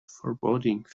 foreboding